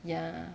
ya